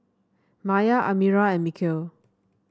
Maya Amirah and Mikhail